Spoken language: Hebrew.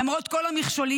למרות כל המכשולים,